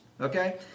Okay